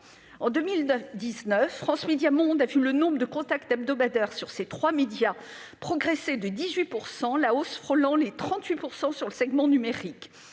En 2019, FMM a vu le nombre de « contacts hebdomadaires » sur ses trois médias progresser de 18 %, la hausse frôlant les 38 % sur le segment numérique.